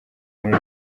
muri